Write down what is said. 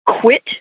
quit